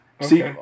see